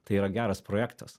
tai yra geras projektas